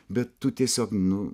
bet tu tiesiog nu